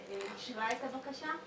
אז מאוד השתהינו עם המשלוח של ההודעות,